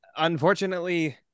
unfortunately